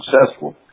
successful